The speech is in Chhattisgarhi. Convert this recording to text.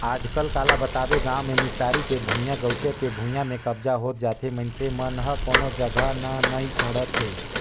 आजकल काला बताबे गाँव मे निस्तारी के भुइयां, गउचर के भुइयां में कब्जा होत जाथे मइनसे मन ह कोनो जघा न नइ छोड़त हे